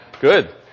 Good